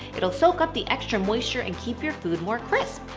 it'll soak up the extra moisture and keep your food more crisp.